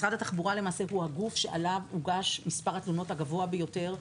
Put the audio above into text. משרד התחבורה הוא הגוף שעליו הוגש מספר התלונות הגבוה ביותר.